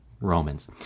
Romans